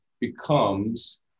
becomes